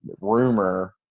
rumor